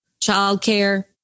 childcare